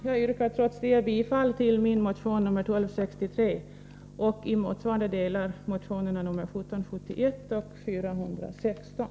Jag yrkar trots det bifall till min motion 1263 och i motsvarande delar motionerna 1771 och 416.